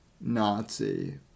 Nazi